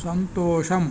సంతోషం